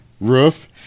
roof